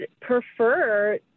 prefer